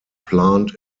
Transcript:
plant